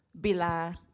Bila